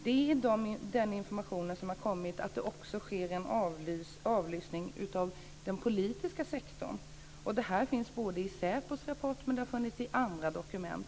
Det gäller den information som kommit om att det också sker en avlyssning av den politiska sektorn. Det här finns i SÄPO:s rapport, men det har också funnits i andra dokument.